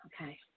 Okay